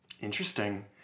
Interesting